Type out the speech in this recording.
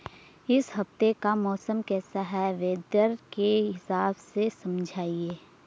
इस हफ्ते का मौसम कैसा है वेदर के हिसाब से समझाइए?